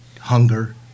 hunger